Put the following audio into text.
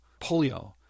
polio